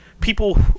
people